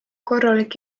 korralik